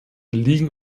liegen